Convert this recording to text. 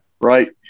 Right